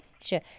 Sure